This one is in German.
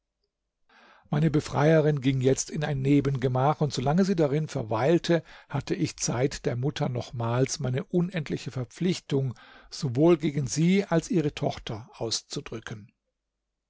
meine befreierin ging jetzt in ein nebengemach und solange sie darin verweilte hatte ich zeit der mutter nochmals meine unendliche verpflichtung sowohl gegen sie als ihre tochter auszudrücken